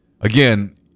Again